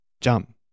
jump